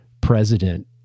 president